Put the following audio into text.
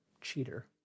cheater